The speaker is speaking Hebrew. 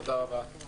תודה רבה לכולם.